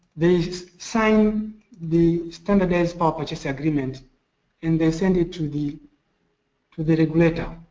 they sign the standardized power purchases agreement and they send it to the to the regulator.